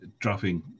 dropping